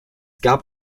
gab